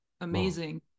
amazing